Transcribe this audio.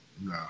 No